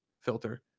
filter